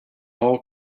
all